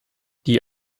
die